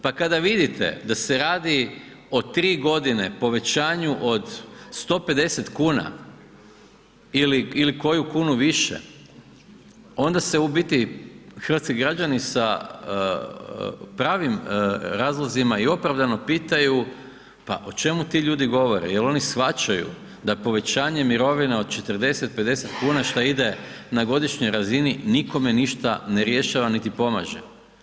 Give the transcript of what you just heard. Pa kada vidite da se radi o tri godine povećanju od 150 kuna ili koju kunu više onda se u biti hrvatski građani sa pravim razlozima i opravdano pitaju pa o čemu ti ljudi govore jel oni shvaćaju da povećanje mirovina od 40, 50 kuna šta ide na godišnjoj razini nikome ništa ne rješava niti pomaže.